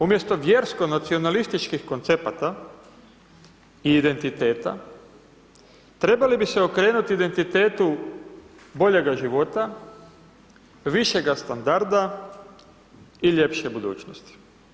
Umjesto vjersko-nacionalističkih koncepata i identiteta, trebali bi se okrenuti identitetu boljega života, višega standarda i ljepše budućnosti.